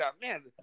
man